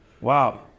Wow